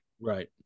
Right